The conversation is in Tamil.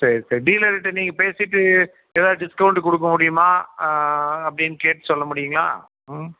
சேரி சேரி டீலர் கிட்டே நீங்கள் பேசிவிட்டு ஏதாவது டிஸ்கவுண்ட் கொடுக்க முடியுமா அப்டின்னு கேட்டு சொல்ல முடியும்ங்களா